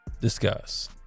discuss